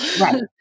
Right